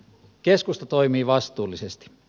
keskusta toimii vastuullisesti